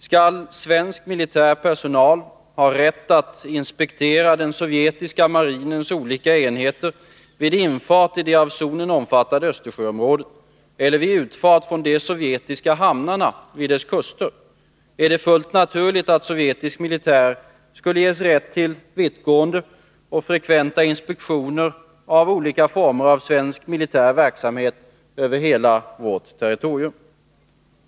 Skall svensk militär personal ha rätt att inspektera den sovjetiska marinens olika enheter vid infart i det av zonen omfattade Östersjöområdet eller vid utfart från de sovjetiska hamnarna vid dess kuster, är det fullt naturligt att sovjetisk militär skulle ges rätt till vittgående och frekventa inspektioner av olika former av svensk militär verksamhet över hela vårt territorium.